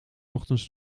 ochtends